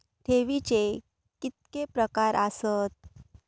ठेवीचे कितके प्रकार आसत?